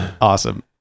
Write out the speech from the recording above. Awesome